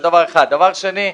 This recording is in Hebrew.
דבר שני,